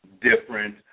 different